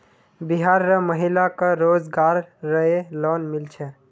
बिहार र महिला क रोजगार रऐ लोन मिल छे